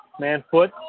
Manfoot